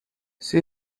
she